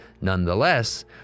Nonetheless